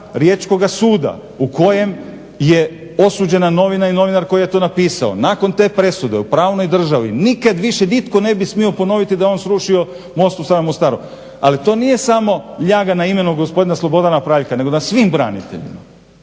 Riječkoga suda u kojem je osuđivan novina i novinar koji je to napisao. Nakon te presude u pravnoj državi nikad nitko više ne bi smio ponoviti da je on srušio most u samom Mostaru. Ali to nije samo ljaga na imenu gospodina Slobodana Praljka nego na svim braniteljima.